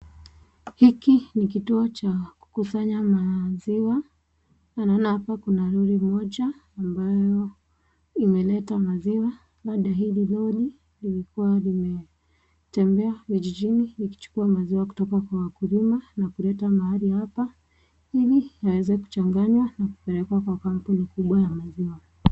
Hiki ni kituo kufanya maziwa na naona hapa kuna lori moja ambayo imeleta maziwa .Bado hili lori limekuwa limetembea vijijini ikichukuwa maziwa kutoka kwa wakulima na kuleta mahali hapa, ili yaweze kuchanganywa na kupelekwa kampuni kubwa ya maziwa.